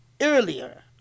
earlier